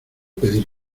pedir